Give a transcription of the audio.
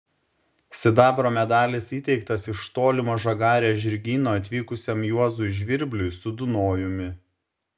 sidabro medalis įteiktas iš tolimo žagarės žirgyno atvykusiam juozui žvirbliui su dunojumi